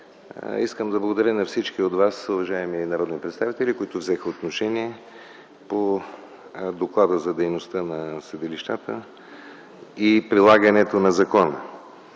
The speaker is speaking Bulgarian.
Искам да благодаря на всички от вас, уважаеми народни представители, които взеха отношение по Доклада за дейността на съдилищата и прилагането на закона.